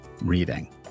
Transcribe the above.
reading